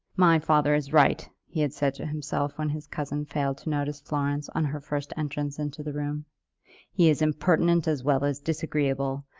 my father is right, he had said to himself when his cousin failed to notice florence on her first entrance into the room he is impertinent as well as disagreeable.